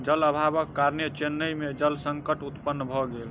जल अभावक कारणेँ चेन्नई में जल संकट उत्पन्न भ गेल